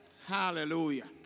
hallelujah